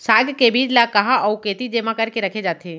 साग के बीज ला कहाँ अऊ केती जेमा करके रखे जाथे?